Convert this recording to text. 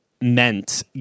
meant